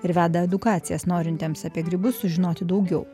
ir veda edukacijas norintiems apie grybus sužinoti daugiau